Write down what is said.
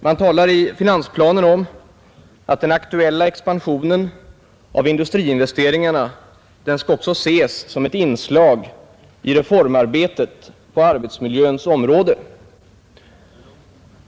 Man säger i finansplanen att den = gj] statlig inkomstaktuella expansionen av industriinvesteringarna också skall ses som ett — skatt inslag i reformarbetet på arbetsmiljöns område.